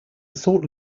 salt